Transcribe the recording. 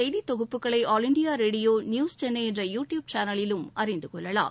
செய்தி தொகுப்புகளை all India radio news Chennai என்ற யூ டியூப் சேனலிலும் அறிந்து கொள்ளலாம்